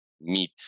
meet